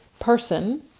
person